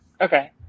Okay